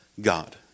God